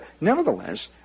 nevertheless